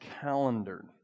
calendar